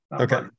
Okay